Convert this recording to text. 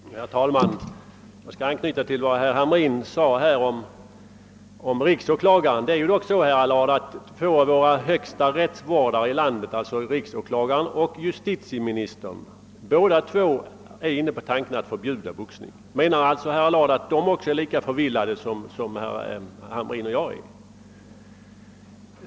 Herr talman! Jag skall anknyta till vad herr Hamrin i Jönköping sade om riksåklagaren. Det är ju dock så, herr Allard, att två av de högsta rättsvårdarna i landet, riksåklagaren och justitieministern, är inne på tanken att förbjuda boxning. Menar alltså herr Allard att de är lika förvillade som herr Hamrin och jag?